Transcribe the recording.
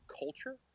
culture